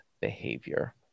behavior